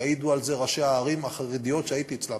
יעידו על זה ראשי הערים החרדיות שהייתי אצלם: